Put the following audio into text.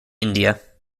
india